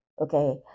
Okay